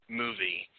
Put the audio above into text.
movie